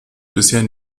bisher